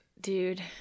Dude